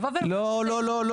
לא, לא.